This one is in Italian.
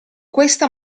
questa